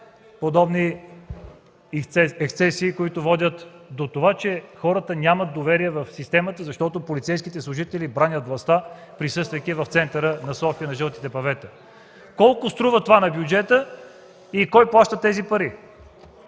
подобни ексцесии, които водят до това, че хората нямат доверие в системата, защото полицейските служители бранят властта, присъствайки на жълтите павета в центъра на София. Колко струва това на бюджета и кой плаща тези пари?